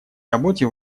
работе